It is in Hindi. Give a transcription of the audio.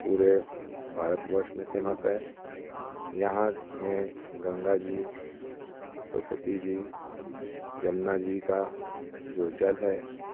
पूरे भारतवर्ष में फ़ेमस है यहाँ में गंगा जी सरस्वती जी यमुना जी का जो जल है